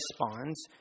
responds